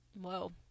Whoa